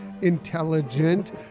intelligent